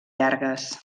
llargues